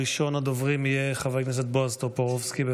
ראשון הדוברים יהיה חבר הכנסת בועז טופורובסקי.